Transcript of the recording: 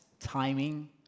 Timing